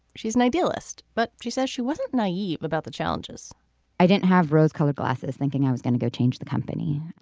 she's an idealist but she says she wasn't naive about the challenges i didn't have rose colored glasses thinking i was going to go change the company.